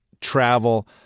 travel